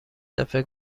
دفعه